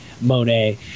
Monet